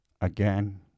again